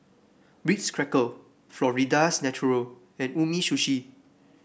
Ritz Cracker Florida's Natural and Umisushi